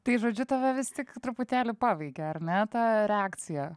tai žodžiu tave vis tik truputėlį paveikė ar ne ta reakcija